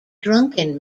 drunken